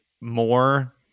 more